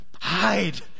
hide